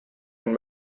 and